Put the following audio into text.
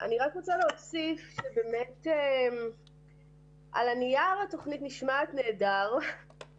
אני רק רוצה להוסיף שעל הנייר התוכנית נשמעת נהדר,